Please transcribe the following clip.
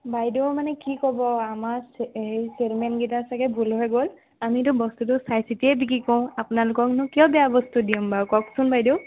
বাইদেউ মানে কি ক'ব আমাৰ হেৰি চেলচমেনগিটাৰ চাগে ভুল হৈ গ'ল আমিতো বস্তুতো চাই চিতিয়ে বিক্ৰী কৰোঁ আপোনালোককনো কিয় বেয়া বস্তু দিম বাৰু কওকচোন বাইদেউ